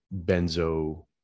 benzo